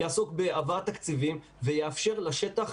ויעסוק בהעברת תקציבים ויאפשר לשטח,